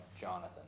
Jonathan